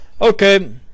okay